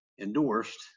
endorsed